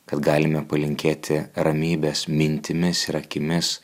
kad galime palinkėti ramybės mintimis ir akimis